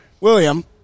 William